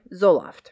Zoloft